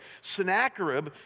Sennacherib